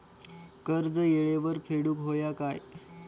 कर्ज येळेवर फेडूक होया काय?